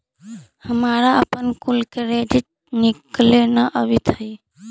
हमारा अपन कुल क्रेडिट निकले न अवित हई